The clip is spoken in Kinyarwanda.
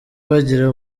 bagire